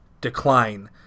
decline